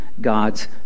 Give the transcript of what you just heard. God's